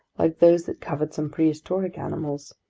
like those that covered some prehistoric animals,